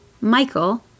Michael